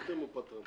פֶּטֶם או פָּטָם?